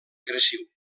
agressiu